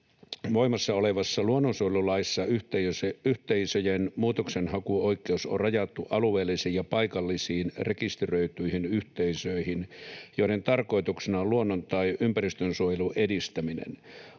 voimassa olevassa luonnonsuojelulaissa yhteisöjen muutoksenhakuoikeus on rajattu alueellisiin ja paikallisiin rekisteröityihin yhteisöihin, joiden tarkoituksena on luonnon- tai ympäristönsuojelun edistäminen.